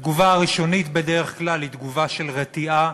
התגובה הראשונית בדרך כלל היא תגובה של רתיעה,